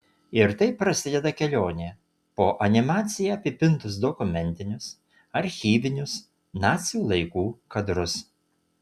ir taip prasideda kelionė po animacija apipintus dokumentinius archyvinius nacių laikų kadrus